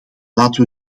laten